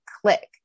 click